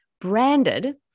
branded